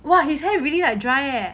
!wah! his hair really like dry leh